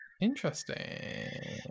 Interesting